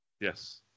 Yes